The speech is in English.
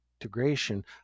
integration